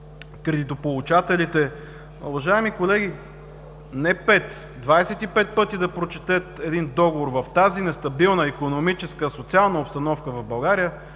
кредитополучателите, уважаеми колеги, не пет, а 25 пъти да прочетат един договор, в тази нестабилна икономическа социална обстановка в България